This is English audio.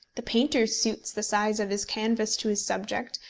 the painter suits the size of his canvas to his subject,